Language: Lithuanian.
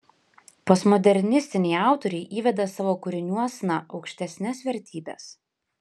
postmodernistiniai autoriai įveda savo kūriniuosna aukštesnes vertybes